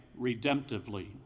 redemptively